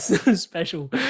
special